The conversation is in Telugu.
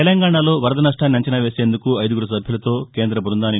తెలంగాణలో వరద నష్టాన్ని అంచనా వేసేందుకు ఐదుగురు సభ్యులతో కేంద్ర బృందాన్ని న్న